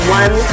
one